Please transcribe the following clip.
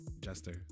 Jester